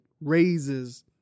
raises